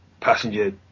passenger